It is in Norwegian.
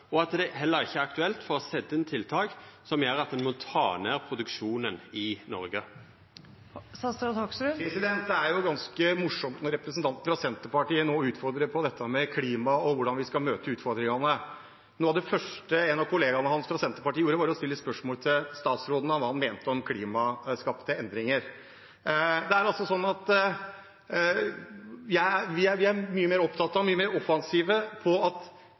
og at det heller ikkje er aktuelt å setja inn tiltak som gjer at me må ta ned produksjonen i Norge? Det er ganske morsomt når representanten fra Senterpartiet nå utfordrer på dette med klima og hvordan vi skal møte utfordringene. Noe av det første en av kollegaene hans fra Senterpartiet gjorde, var å stille spørsmål til statsråden om hva han mente om klimaskapte endringer. Det er altså sånn at vi er mye mer opptatt av, mye mer offensive på at